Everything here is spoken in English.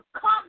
come